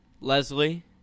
Leslie